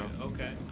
okay